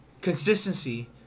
consistency